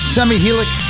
Semi-Helix